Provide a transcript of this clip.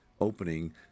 opening